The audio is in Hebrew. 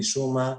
משום מה,